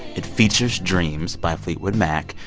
it features dreams by fleetwood mac.